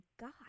God